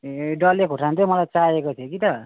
ए डल्ले खेर्सानी चाहिँ मलाई चाहिएको थियो कि त